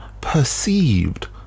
perceived